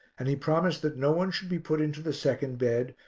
and he promised that no one should be put into the second bed,